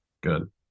Good